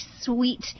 sweet